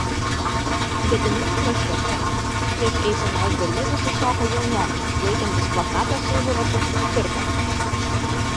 gedimino prospekte prieš eisenos dalyvius iššoko jaunuolis laikantis plakatą su užrašu cirkas